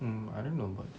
mm I don't know about that